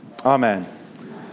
Amen